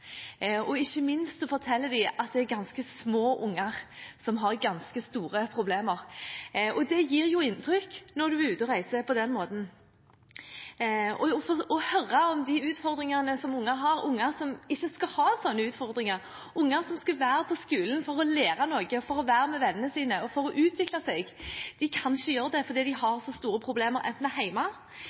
før. Ikke minst forteller de at det er ganske små barn som har ganske store problemer. Det gjør jo inntrykk når man er ute og reiser på den måten, å høre om de utfordringene som barn har – barn som ikke skal ha sånne utfordringer. Barn som skulle være på skolen for å lære noe, for å være med vennene sine og for å utvikle seg, kan ikke gjøre det, fordi de har så store problemer